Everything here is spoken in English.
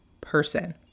person